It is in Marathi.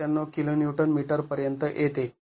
९७ kNm पर्यंत येते